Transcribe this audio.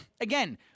again